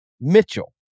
Mitchell